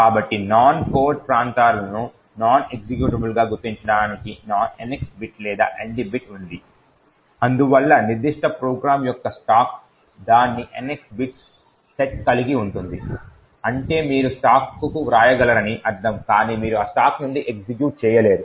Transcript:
కాబట్టి non code ప్రాంతాలను non executable గా గుర్తించడానికి NX బిట్ లేదా ND బిట్ ఉంది అందువల్ల నిర్దిష్ట ప్రోగ్రామ్ యొక్క స్టాక్ దాని NX బిట్స్ సెట్ కలిగి ఉంటుంది అంటే మీరు స్టాక్కు వ్రాయగలరని అర్థం కాని మీరు ఆ స్టాక్ నుండి ఎగ్జిక్యూట్ చేయలేరు